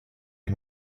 and